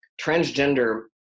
Transgender